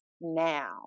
now